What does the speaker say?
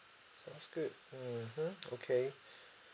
sounds good mmhmm okay